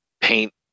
Paint